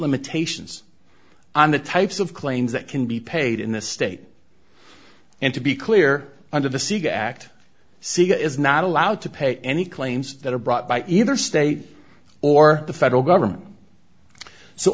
limitations on the types of claims that can be paid in the state and to be clear under the siga act siegel is not allowed to pay any claims that are brought by either state or the federal government so